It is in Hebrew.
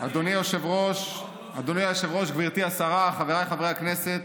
אדוני היושב-ראש, גברתי השרה, חבריי חברי הכנסת,